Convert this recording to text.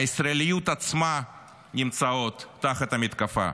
הישראליות עצמה, נמצאות תחת המתקפה.